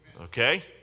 Okay